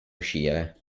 uscire